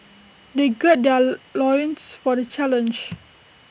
they gird their loins for the challenge